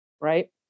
right